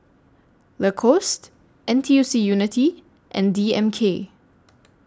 Lacoste N T U C Unity and D M K